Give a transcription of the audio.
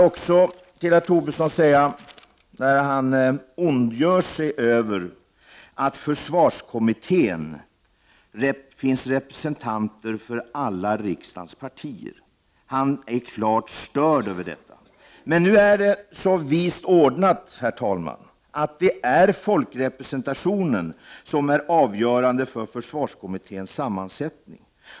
Herr Tobisson ondgör sig över att det i försvarskommittén finns representanter för alla riksdagens partier. Han är klart störd av detta. Men nu är det så vist ordnat, herr talman, att det är folkrepresentationen som är avgörande för försvarskommitténs sammansättning.